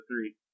three